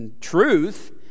truth